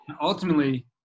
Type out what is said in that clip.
ultimately